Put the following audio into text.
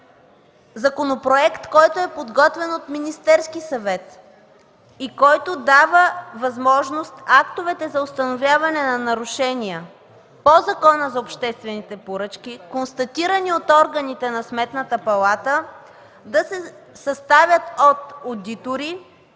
законопроект, който е подготвен от Министерския съвет и който дава възможност актовете за установяване на нарушения по Закона за обществените поръчки, констатирани от органите на Сметната палата, да се съставят от одитори